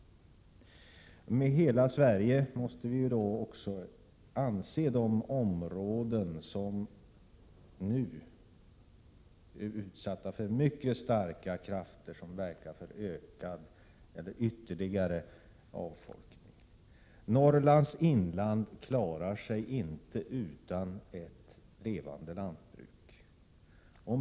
Med ”hela Sverige” måste vi då också mena de områden som nu är utsatta för mycket starka krafter som verkar för ytterligare avfolkning. Norrlands inland klarar sig inte utan ett levande lantbruk.